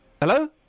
Hello